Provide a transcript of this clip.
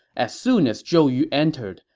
as soon as zhou yu entered,